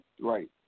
Right